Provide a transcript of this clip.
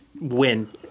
win